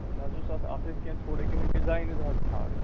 اَسہِ حظ اوس اتھ اتھ ٲسۍ کیٚنٛہہ تھوڑا کیٚنٛہہ ڈِزاینٕز حظ کھالٕنۍ